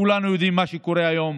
כולנו יודעים מה קורה היום